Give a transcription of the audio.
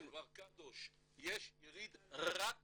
כן מר קדוש, יש יריד רק לסטודנטים,